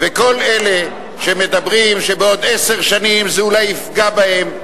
כל אלה שמדברים שבעוד עשר שנים זה אולי יפגע בהם,